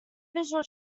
visual